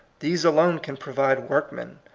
these alone can provide workmen,